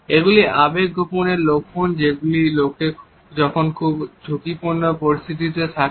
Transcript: এগুলি আবেগ গোপনের লক্ষণ যেগুলি লোকে যখন খুব ঝুঁকিপূর্ণ পরিস্থিতিতে থাকে